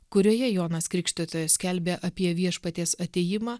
kurioje jonas krikštytojas skelbė apie viešpaties atėjimą